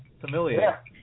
Familiar